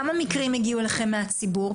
כמה מקרים הגיעו אליכם מהציבור?